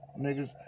niggas